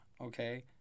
okay